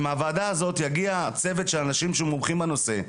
שמהוועדה הזאת יגיע צוות של אנשים שמומחים בנושא,